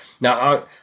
Now